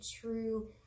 true